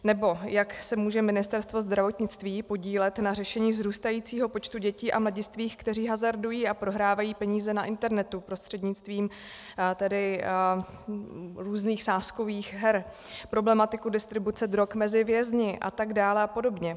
Nebo jak se může Ministerstvo zdravotnictví podílet na řešení vzrůstajícího počtu dětí a mladistvých, kteří hazardují a prohrávají peníze na internetu prostřednictvím různých sázkových her, problematiku distribuce drog mezi vězni atd. apod.